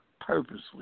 purposely